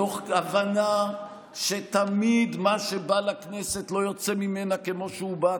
מתוך הבנה שתמיד מה שבא לכנסת לא יוצא ממנה כמו שהוא בא,